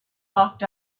locked